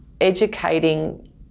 educating